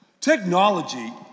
technology